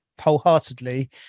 wholeheartedly